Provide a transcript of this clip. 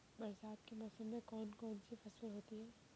बरसात के मौसम में कौन कौन सी फसलें होती हैं?